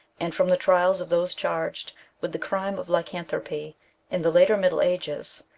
and from the trials of those charged with the crime of lycanthropy in the later middle ages,